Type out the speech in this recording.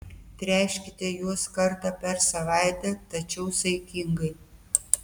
tręškite juos kartą per savaitę tačiau saikingai